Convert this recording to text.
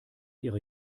ihre